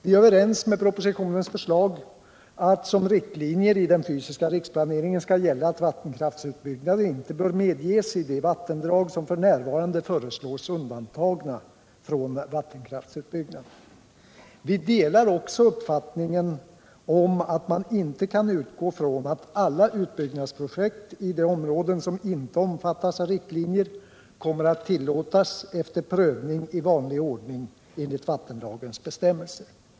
Vi instämmer i propositionens förslag att som riktlinjer i den fysiska riksplaneringen skall gälla att vattenkraftsutbyggnader inte bör medges i de vattendrag som f. n. föreslås undantagna från vattenkraftsutbyggnad. Vi delar också uppfattningen att man inte kan utgå från att alla utbyggnadsprojekt i de områden som inte omfattas av riktlinjer kommer att tillåtas efter prövning i vanlig ordning enligt vattenlagens bestämmelser.